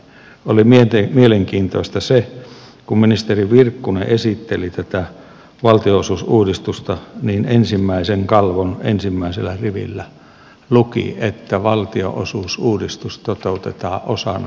oli mielenkiintoista se että kun ministeri virkkunen esitteli tätä valtionosuusuudistusta niin ensimmäisen kalvon ensimmäisellä rivillä luki että valtionosuusuudistus toteutetaan osana kuntarakenneuudistusta